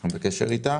אנחנו בקשר איתה,